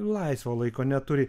laisvo laiko neturi